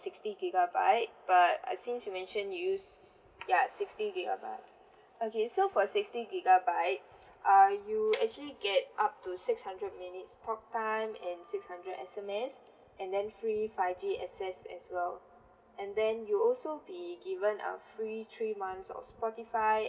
sixty gigabyte but uh since you mentioned you use ya sixty gigabyte okay so for sixty gigabyte err you actually get up to six hundred minutes talk time and six hundred S_M_S and then free five G access as well and then you also be given a free three months of spotify